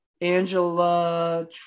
Angela